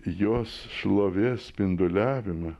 jos šlovės spinduliavimą